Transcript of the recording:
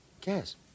guess